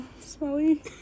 Smelly